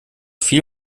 viel